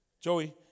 Joey